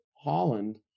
Holland